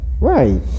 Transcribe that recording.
Right